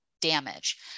damage